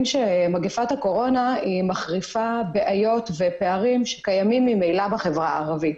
שמגפת הקורונה מחריפה בעיות ופערים שקיימים ממילא בחברה הערבית.